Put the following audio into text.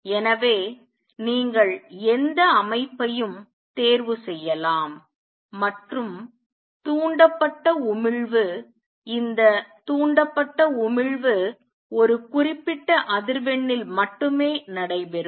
எனவே நீங்கள் எந்த அமைப்பையும் தேர்வு செய்யலாம் மற்றும் தூண்டப்பட்ட உமிழ்வு இந்த தூண்டப்பட்ட உமிழ்வு ஒரு குறிப்பிட்ட அதிர்வெண்ணில் மட்டுமே நடைபெறும்